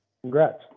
Congrats